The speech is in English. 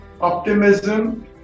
optimism